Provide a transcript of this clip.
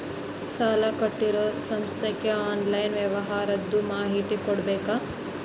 ಸಾಲಾ ಕೊಟ್ಟಿರೋ ಸಂಸ್ಥಾಕ್ಕೆ ಆನ್ಲೈನ್ ವ್ಯವಹಾರದ್ದು ಮಾಹಿತಿ ಕೊಡಬೇಕಾ?